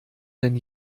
denn